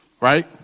Right